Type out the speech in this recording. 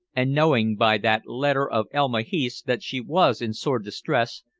and knowing by that letter of elma heath's that she was in sore distress,